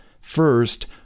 First